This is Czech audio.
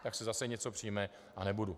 Tak se zase něco přijme a nebudu.